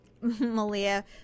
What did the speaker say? malia